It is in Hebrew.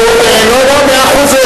לא, לא, מאה אחוז.